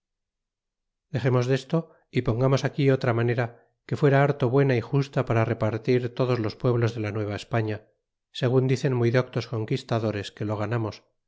dexemos tiesto y pongamos aquí otra manera que fuera harto buena y justa para repartir todos los pueblos de la nueva españa según dicen muy doctos conquistadores que lo ganamos